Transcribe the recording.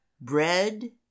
bread